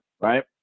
right